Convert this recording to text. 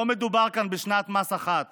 לא מדובר כאן בשנת מס אחת